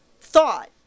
thought